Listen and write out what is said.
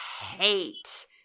hate